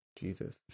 Jesus